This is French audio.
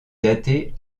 datés